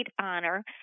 honor